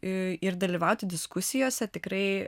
ir dalyvauti diskusijose tikrai